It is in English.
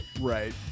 Right